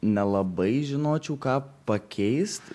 nelabai žinočiau ką pakeist